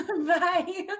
Bye